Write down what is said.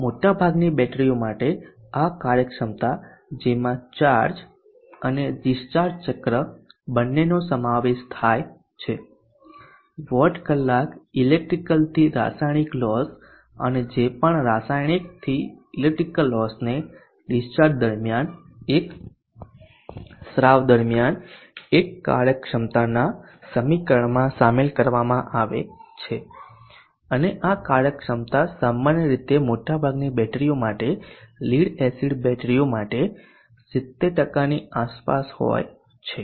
મોટાભાગની બેટરીઓ માટે આ કાર્યક્ષમતા જેમાં ચાર્જ અને ડિસ્ચાર્જ ચક્ર બંનેનો સમાવેશ થાય છે વોટ કલાક ઇલેક્ટ્રિકલથી રાસાયણિક લોસ અને જે પણ રસાયણીકથી ઇલેક્ટ્રિકલ લોસને ડીસ્ચાર્જ દરમિયાન એક સ્રાવ દરમિયાન એક કાર્યક્ષમતાના સમીકરણમાં શામેલ કરવામાં આવે છે અને આ કાર્યક્ષમતા સામાન્ય રીતે મોટાભાગની બેટરીઓ માટે લીડ એસિડ બેટરીઓ માટે 70 ની આસપાસ હોય છે